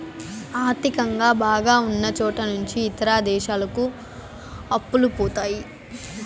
ఆర్థికంగా బాగా ఉన్నచోట నుంచి ఇతర దేశాలకు అప్పులు పోతాయి